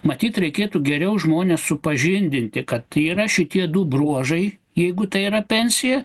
matyt reikėtų geriau žmones supažindinti kad yra šitie du bruožai jeigu tai yra pensija